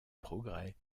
progrès